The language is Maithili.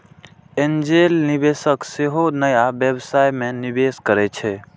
एंजेल निवेशक सेहो नया व्यवसाय मे निवेश करै छै